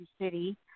City